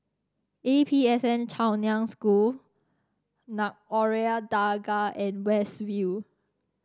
A P S N Chaoyang School Dargah and West View